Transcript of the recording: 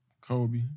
Kobe